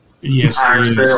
Yes